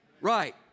Right